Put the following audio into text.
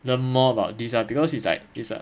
learn more about this ah because it's like it's like